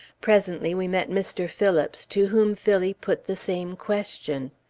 presently, we met mr. phillips, to whom phillie put the same question.